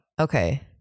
okay